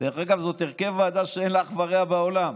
זה הרכב ועדה שאין לו אח ורע בעולם.